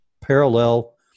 parallel